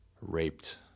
Raped